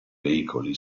veicoli